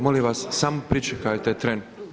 Molim vas samo pričekajte tren.